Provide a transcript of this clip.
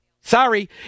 Sorry